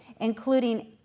including